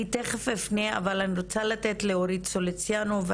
אני רוצה לתת לאורית סוליציאנו לדבר.